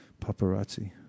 paparazzi